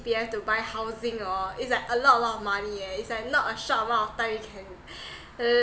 P_F to buy housing oh it's like a lot a lot of money eh it's like not a short amount of time you can